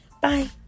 Bye